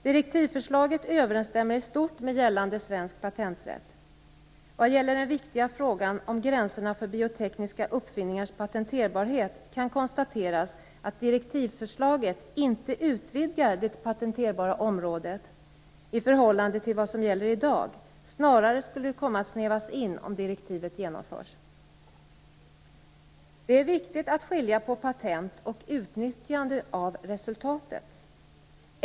Direktivförslaget överensstämmer i stort med gällande svensk patenträtt. Vad gäller den viktiga frågan om gränserna för biotekniska uppfinningars patenterbarhet kan konstateras att direktivförslaget inte utvidgar det patenterbara området i förhållande till vad som gäller i dag. Snarare skulle det komma att snävas in om direktivet genomförs. Det är viktigt att skilja på patent och utnyttjande av resultat.